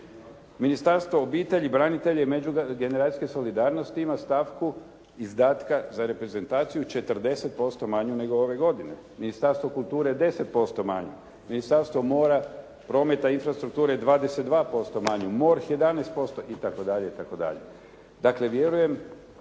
Ministarstvo obitelji, branitelja i međugeneracijske solidarnosti ima stavku izdatka za reprezentaciju 40% manju nego ove godine. Ministarstvo kulture 10% manju. Ministarstvo mora, prometa i infrastrukture 22% manju. MORH 11% itd.